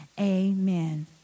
Amen